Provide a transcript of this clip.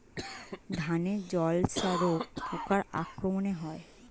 ধানের ঝলসা রোগ পোকার আক্রমণে হয়?